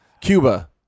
Cuba